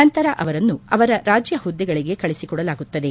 ನಂತರ ಅವರನ್ನು ಅವರ ರಾಜ್ಯ ಹುದ್ದೆಗಳಗೆ ಕಳಬಿಕೊಡಲಾಗುತ್ತದೆ